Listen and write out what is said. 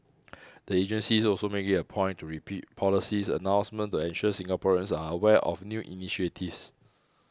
the agencies also make it a point repeat policy announcements to ensure Singaporeans are aware of new initiatives